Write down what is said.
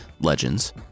legends